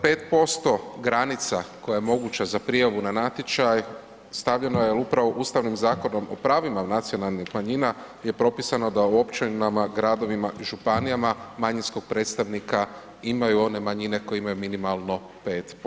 5% granica koja je moguća za prijavu na natječaj stavljena je upravo ustavnim Zakonom o pravima nacionalnih manjina gdje propisano da u općinama, gradovima i županijama manjinskog predstavnika imaju one manjine koje imaju minimalno 5%